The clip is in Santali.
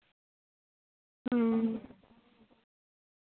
ᱦᱩᱸ